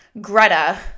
Greta